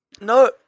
No